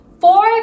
four